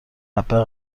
حبه